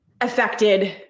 affected